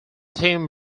tim